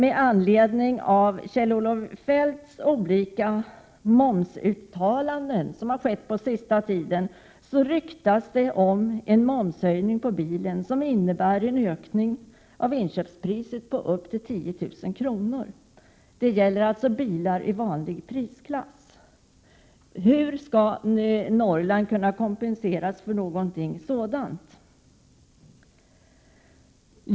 Med anledning av Kjell-Olof Feldts olika uttalanden om momsen den senaste tiden ryktas det nu om en höjning av momsen på bilar som skulle innebära en höjning av inköpspriset på en bil med upp till 10 000 kr. Det gäller alltså bilar i normala prislägen. Hur skall Norrland kompenseras för något sådant?